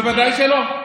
בוודאי שלא.